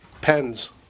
Pens